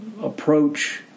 Approach